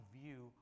view